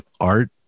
art